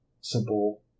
simple